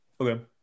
Okay